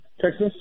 Texas